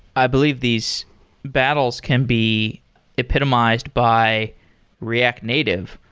i believe these battles can be epitomized by react native,